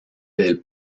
del